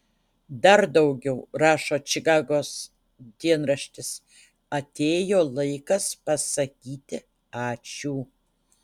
dar daugiau rašo čikagos dienraštis atėjo laikas pasakyti ačiū